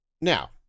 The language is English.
Now